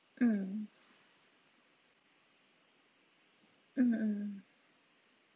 mm mm mm